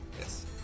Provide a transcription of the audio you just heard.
Yes